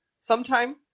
sometime